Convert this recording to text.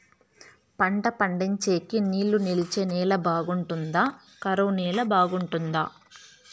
పంట పండించేకి నీళ్లు నిలిచే నేల బాగుంటుందా? కరువు నేల బాగుంటుందా?